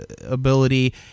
ability